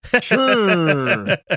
Sure